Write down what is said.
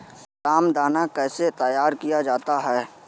रामदाना कैसे तैयार किया जाता है?